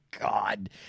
God